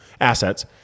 assets